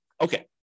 Okay